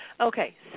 Okay